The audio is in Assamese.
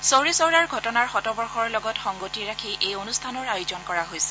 চৌৰি চৌৰাৰ ঘটনাৰ শতবৰ্যৰ লগত সংগতি ৰাথি এই অনুষ্ঠানৰ আয়োজন কৰা হৈছে